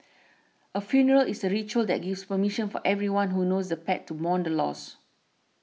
a funeral is a ritual that gives permission for everyone who knows the pet to mourn the loss